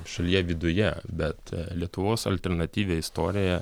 šalyje viduje bet lietuvos alternatyvią istoriją